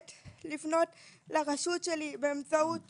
לפנות לרשות שלי באמצעות